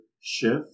shift